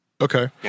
Okay